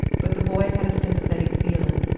but the boy had a sympathetic feeling.